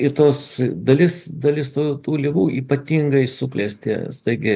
ir tos dalis dalis tų ligų ypatingai suklesti staigiai